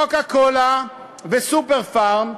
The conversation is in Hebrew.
"קוקה-קולה" ו"סופר-פארם".